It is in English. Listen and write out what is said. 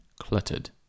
cluttered